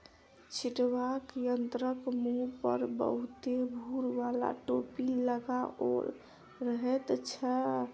छिटबाक यंत्रक मुँह पर बहुते भूर बाला टोपी लगाओल रहैत छै